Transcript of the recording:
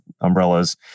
umbrellas